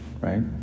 right